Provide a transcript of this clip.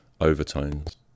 overtones